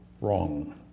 wrong